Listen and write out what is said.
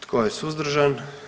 Tko je suzdržan?